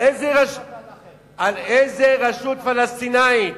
על איזו רשות פלסטינית?